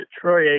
Troy